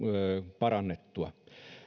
parannettua